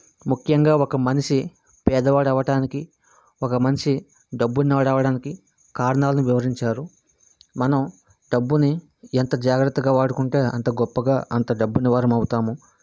ముఖ్యంగా ఒక మనిషి పేదవాడు అవ్వటానికి ఒక మనిషి డబ్బున్నవాడు అవడానికి కారణాలు వివరించారు మనం డబ్బుని ఎంత జాగ్రత్తగా వాడుకుంటే అంత గొప్పగా అంత డబ్బున్న వారము అవుతాము